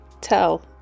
tell